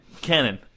Canon